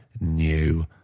new